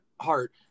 heart